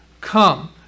come